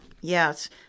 Yes